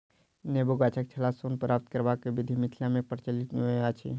नेबो गाछक छालसँ सोन प्राप्त करबाक विधि मिथिला मे प्रचलित नै अछि